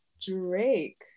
Drake